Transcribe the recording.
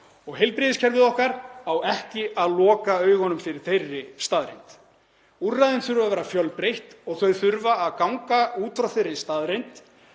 og heilbrigðiskerfið okkar á ekki að loka augunum fyrir þeirri staðreynd. Úrræðin þurfa að vera fjölbreytt og þau þurfa að ganga út frá þeirri staðreynd